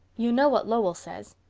you know what lowell says,